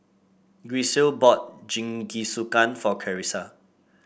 Grisel bought Jingisukan for Clarisa